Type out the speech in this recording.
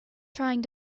trying